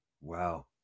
Wow